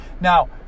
Now